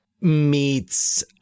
meets